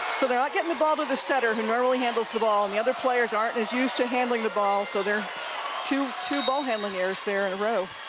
so they're not getting the ball to the setter who normally handles the ball and the other players aren't as used to handling the ball so two two ball handling errors there in a row.